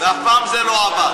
ואף פעם זה לא עבד.